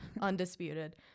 undisputed